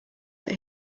that